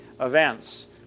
events